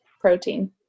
protein